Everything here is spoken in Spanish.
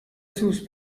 sus